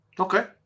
okay